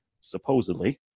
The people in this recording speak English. supposedly